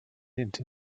into